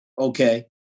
Okay